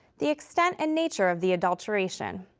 the extent and nature of the adulteration,